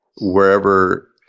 wherever